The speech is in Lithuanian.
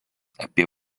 apie